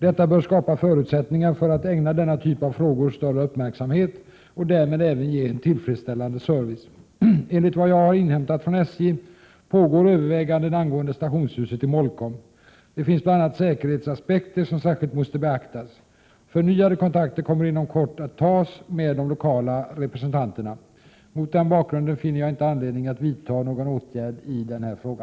Detta bör skapa förutsättningar för att ägna denna typ av frågor större uppmärksamhet och därmed även ge en tillfredsställande service. Enligt vad jag har inhämtat från SJ pågår överväganden angående stationshuset i Molkom. Det finns bl.a. säkerhetsaspekter som särskilt måste beaktas. Förnyade kontakter kommer inom kort att tas med de lokala representanterna. Mot denna bakgrund finner jag inte anledning att vidta någon åtgärd i denna fråga.